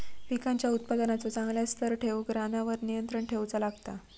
पिकांच्या उत्पादनाचो चांगल्या स्तर ठेऊक रानावर नियंत्रण ठेऊचा लागता